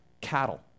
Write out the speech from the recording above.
cattle